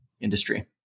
industry